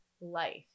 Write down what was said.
life